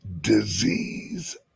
Disease